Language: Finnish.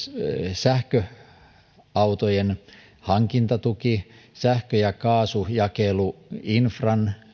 sähköautojen hankintatuki sähkö ja kaasujakeluinfran